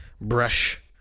brush